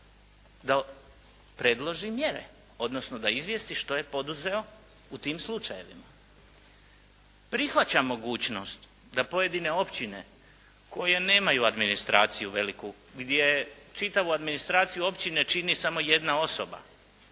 da predloži mjere, odnosno da izvijesti što je poduzeo u tim slučajevima. Prihvaćam mogućnost da pojedine općine koje nemaju administraciju veliku, gdje čitavu administraciju općine čini samo jedna osoba